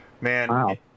man